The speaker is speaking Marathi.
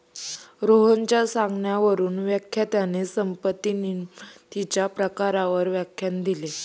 रोहनच्या सांगण्यावरून व्याख्यात्याने संपत्ती निर्मितीच्या प्रकारांवर व्याख्यान दिले